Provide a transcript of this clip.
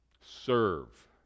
Serve